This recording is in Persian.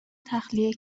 تخلیه